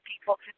people